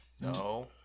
No